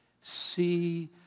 See